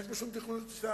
אין פה שום תכנון לשנתיים,